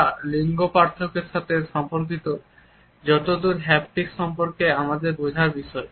তা লিঙ্গ পার্থক্যের সাথে সম্পর্কিত যতদূর হ্যাপটিক্স সম্পর্কে আমাদের বোঝার বিষয়ে